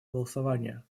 голосование